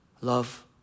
Love